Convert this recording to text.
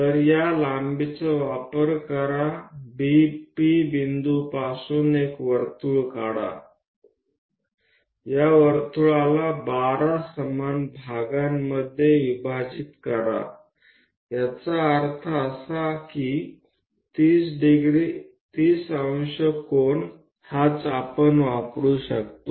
तर या लांबीचा वापर करा P बिंदूपासून एक वर्तुळ काढा या वर्तुळाला 12 समान भागामध्ये विभाजित करा याचा अर्थ असा की 30° कोन हाच आपण वापरु शकतो